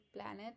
planet